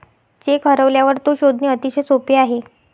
check हरवल्यावर तो शोधणे अतिशय सोपे आहे